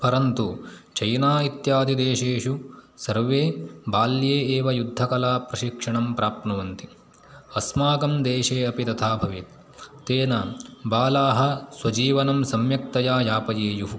परन्तु चैना इत्यादिदेशेषु सर्वे बाल्ये एव युद्धकलाप्रशिक्षणं प्राप्नुवन्ति अस्माकं देशे अपि तथा भवेत् तेन बालाः स्वजीवनं सम्यक्तया यापयेयुः